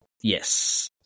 Yes